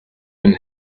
and